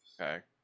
Okay